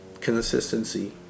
consistency